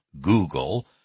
Google